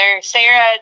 Sarah